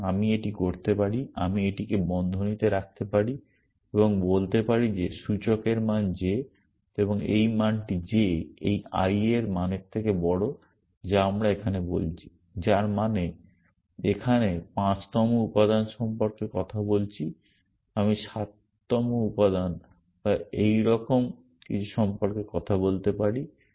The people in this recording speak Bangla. সুতরাং আমি এটি করতে পারি আমি এটিকে বন্ধনীতে রাখতে পারি এবং বলতে পারি যে সূচকের মান j এবং এই মানটি j এই i এর মানের থেকে বড় যা আমরা এখানে বলছি যার মানে আমি এখানে 5 তম উপাদান সম্পর্কে কথা বলছি আমি 7 ম উপাদান বা এইরকম কিছু সম্পর্কে কথা বলতে পারি